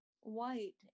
white